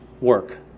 work